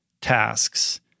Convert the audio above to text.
tasks